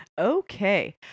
Okay